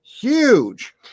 huge